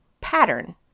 pattern